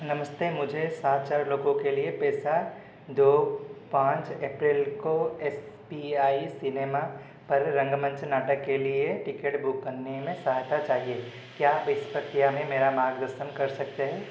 नमस्ते मुझे सात चार लोगों के लिए पैसा दो पाँच एप्रिल को एस पी आई सिनेमा पर रंगमंच नाटक के लिए टिकेट बुक करने में सहायता चाहिए क्या आप इस प्रक्रिया में मेरा मार्गदर्शन कर सकते हैं